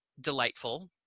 delightful